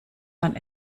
man